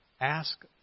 ask